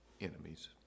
enemies